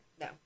No